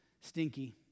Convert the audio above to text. Stinky